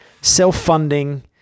self-funding